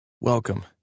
Welcome